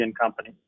Company